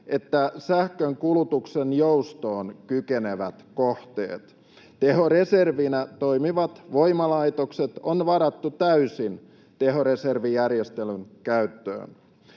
että sähkön kulutuksen joustoon kykenevät kohteet. Tehoreservinä toimivat voimalaitokset on varattu täysin tehoreservijärjestelyn käyttöön.